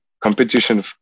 Competition